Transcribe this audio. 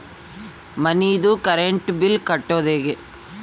ಮನಿದು current bill ಕಟ್ಟೊದು ಹೇಗೆ?